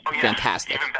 Fantastic